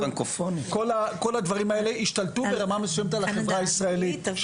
כל הדברים האלה השתלטו ברמה מסוימת על החברה הישראלית.